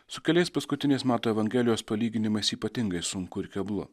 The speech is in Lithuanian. su keliais paskutiniais mato evangelijos palyginimas ypatingai sunku ir keblu